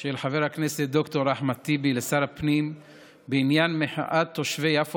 של חבר הכנסת ד"ר אחמד טיבי לשר הפנים בעניין מחאת תושבי יפו